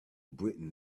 britain